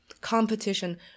competition